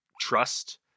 trust